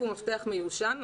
הוא מפתח מיושן.